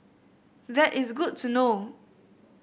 that is good to know